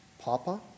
Papa